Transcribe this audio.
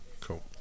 Cool